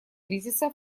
кризиса